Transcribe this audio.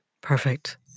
Perfect